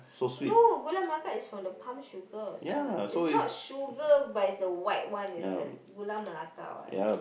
no Gula-Melaka is from the palm sugar so is not sugar but is the white one is the Gula-Melaka one